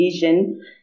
vision